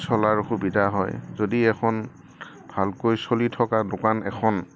চলাৰ সুবিধা হয় যদি এখন ভালকৈ চলি থকা দোকান এখন